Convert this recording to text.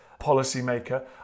policymaker